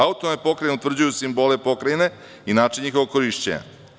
Autonomne pokrajine utvrđuju simbole pokrajine i način njihovog korišćenja.